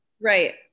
Right